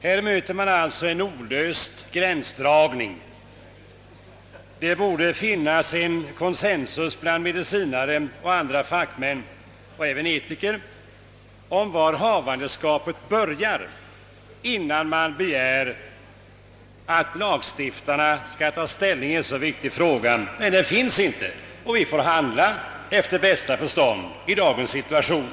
Här möter man alltså en olöst gränsdragningsfråga. Det borde finnas en konsensus bland medicinare och andra fackmän, även etiker, om när havandeskapet börjar, innan det begärs att lagstiftarna skall ta ställning i en så viktig fråga. Det finns nu inte, och vi får handla efter bästa förstånd i dagens situation.